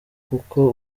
kuko